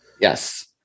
Yes